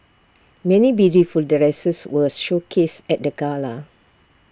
many beautiful dresses were showcased at the gala